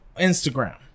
Instagram